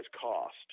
cost